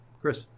chris